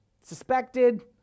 suspected